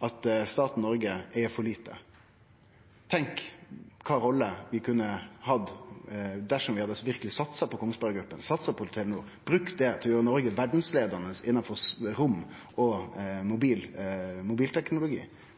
at staten Noreg eig for lite. Tenk kva for rolle vi kunne hatt dersom vi verkeleg hadde satsa på Kongsberg Gruppen, satsa på Telenor, brukt det til å gjere Noreg verdsleiande innanfor rom- og mobilteknologi